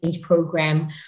program